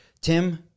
Tim